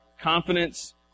confidence